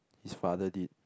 his father did